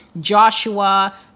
Joshua